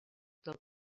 del